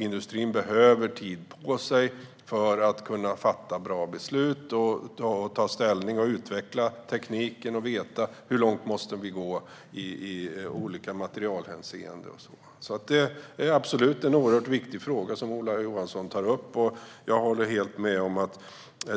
Industrin behöver tid på sig för att kunna fatta bra beslut, för att kunna ta ställning och utveckla tekniken och för att veta hur långt man måste gå i olika materialhänseenden. Det är en oerhört viktig fråga som Ola Johansson tar upp. Jag håller helt med om att